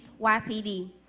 YPD